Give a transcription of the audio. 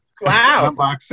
Wow